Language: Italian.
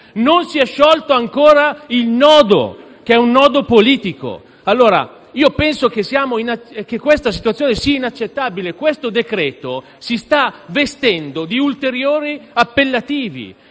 non si è sciolto ancora il nodo, che è un nodo politico. Penso che questa situazione sia inaccettabile. Questo provvedimento si sta vestendo di ulteriori appellativi.